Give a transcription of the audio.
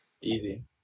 easy